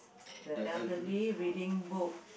the elderly reading book